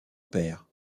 père